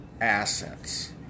assets